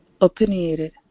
opinionated